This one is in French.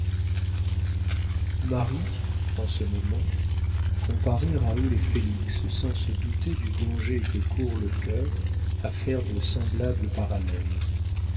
marie en ce moment comparait raoul et félix sans se douter du danger que court le cœur à faire de semblables parallèles